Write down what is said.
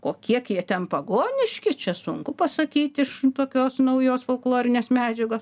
o kiek jie ten pagoniški čia sunku pasakyti iš tokios naujos folklorinės medžiagos